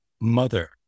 mother